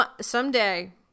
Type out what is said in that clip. Someday